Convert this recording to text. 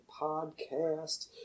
podcast